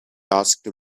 asked